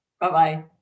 Bye-bye